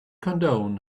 condone